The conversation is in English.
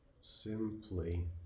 simply